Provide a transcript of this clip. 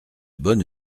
bonne